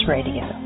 Radio